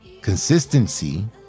consistency